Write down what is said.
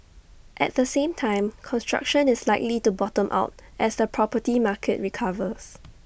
at the same time construction is likely to bottom out as the property market recovers